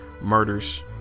murders